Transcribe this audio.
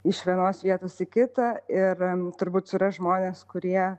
iš vienos vietos į kitą ir turbūt surast žmones kurie